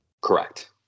Correct